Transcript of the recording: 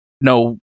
no